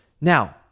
Now